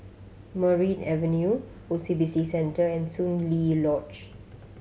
Merryn Avenue O C B C Centre and Soon Lee Lodge